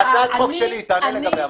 הצעת החוק שלי, תענה לגביה.